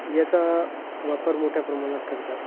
याचा वापर मोठ्या प्रमाणात करतात